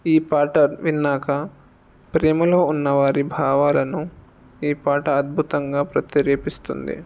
ఈ పాట విన్నాక ప్రేమలో ఉన్నవారి భావాలను ఈ పాట అద్భుతంగా ప్రతిరేపిస్తుంది